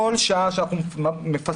בכל שעה שאנחנו מפספסים,